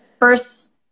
first